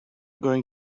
going